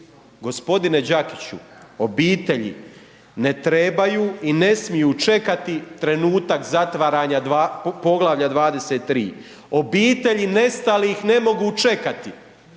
g. Đakiću, obitelji ne trebaju i ne smiju čekati trenutak zatvaranja Poglavlja 23., obitelji nestalih ne mogu čekati.